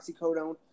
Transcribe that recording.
oxycodone